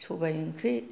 सबाइ ओंख्रि